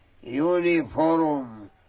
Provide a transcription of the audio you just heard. uniform